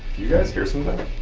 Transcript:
you guys hear something?